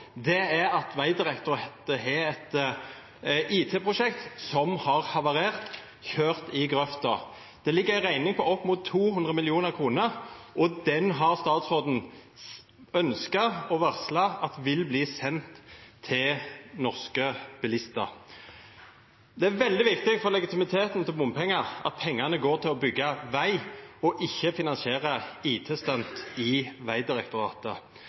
er at Vegdirektoratet har et IT-prosjekt som har havarert – kjørt i grøfta. Det ligger en regning på opp mot 200 mill. kr, og den har statsråden ønsket – og varslet – at skal bli sendt til norske bilister. Det er veldig viktig for legitimiteten til en bompengeordning at pengene går til å bygge vei og ikke til å finansiere IT-stunt i Vegdirektoratet,